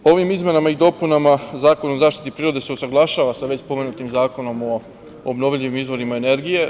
Ovim izmenama i dopunama Zakona o zaštiti prirode se usaglašava sa već pomenutim Zakonom o obnovljivim izvorima energije.